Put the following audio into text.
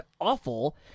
awful